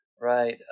right